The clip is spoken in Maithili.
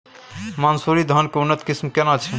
मानसुरी धान के उन्नत किस्म केना छै?